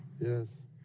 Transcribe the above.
Yes